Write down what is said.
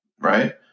right